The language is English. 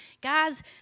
guys